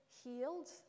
healed